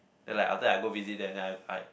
then like after I go visit them then I I